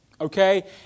Okay